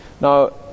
now